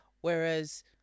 Whereas